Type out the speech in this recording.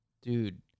Dude